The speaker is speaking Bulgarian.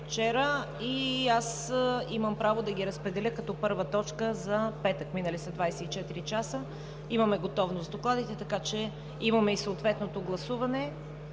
и аз имам право да ги разпределя като първа точка за петък – минали са 24 часа, имаме готовност с докладите, имаме и съответното гласуване.